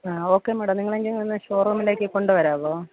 ആ okay madam നിങ്ങളെന്നെയൊന്ന് ഷോറൂമിലേക്ക് കൊണ്ട് വരാമോ